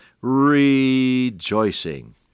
rejoicing